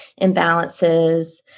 imbalances